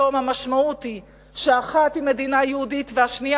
אם המשמעות היא שאחת היא מדינה יהודית והשנייה